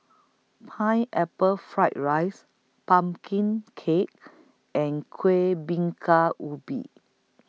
Pineapple Fried Rice Pumpkin Cake and Kuih Bingka Ubi